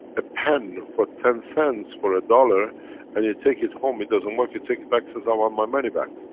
a pen for ten cents for a dollar and you take it home, it doesn't work you take it back, you says i want my money back.